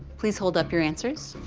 please hold up your answers.